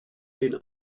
den